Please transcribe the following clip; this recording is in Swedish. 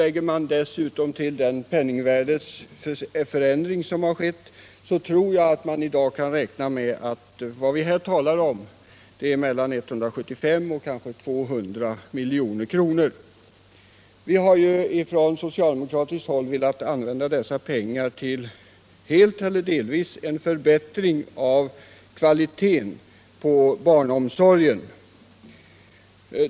Lägger man därtill den penningvärdeförsämring som skett, tror jag att man kan räkna med att inkomsterna skulle komma att uppgå till 175-200 milj.kr. Vi har från socialdemokratiskt håll velat att dessa pengar helt eller delvis skulle användas till en förbättring av kvaliteten på barnomsorgen.